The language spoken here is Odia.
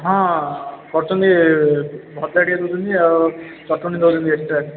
ହଁ କରୁଛନ୍ତି ଭଜା ଟିକେ ଦଉଛନ୍ତି ଆଉ ଚଟଣୀ ଦଉଛନ୍ତି ଏକ୍ସଟ୍ରା